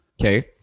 Okay